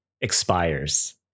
expires